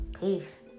Peace